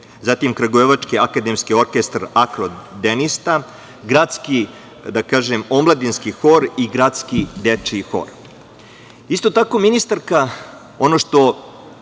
zatim Kragujevački akademski orkestar „Akordeonista“, Gradski omladinski hor i Gradski dečiji hor. Isto tako, ministarka, ono što